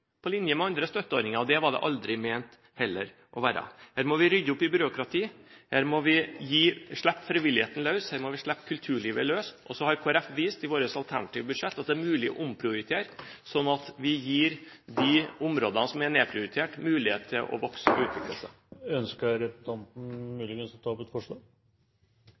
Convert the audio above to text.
på linje med andre støtteordninger, men det var den aldri ment å være. Her må vi rydde opp i byråkrati, her må vi slippe frivilligheten løs, her må vi slippe kulturlivet løs. Så har Kristelig Folkeparti i sitt alternative budsjett vist at det er mulig å omprioritere, sånn at vi gir de områdene som er nedprioritert, mulighet til å vokse og utvikle seg. Jeg tar med dette opp de forslagene som Kristelig Folkeparti står bak i innstillingen. Representanten